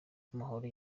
amahoro